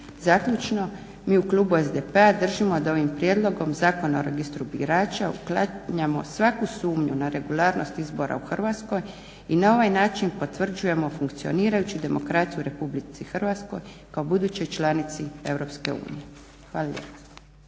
Zaključno, mi u klubu SDP-a držimo da ovim prijedlogom Zakona o registru birača uklanjamo svaku sumnju na regularnost izbora u Hrvatskoj i na ovaj način potvrđujemo funkcionirajuću demokraciju u RH kao budućoj članici EU. Hvala